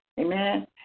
Amen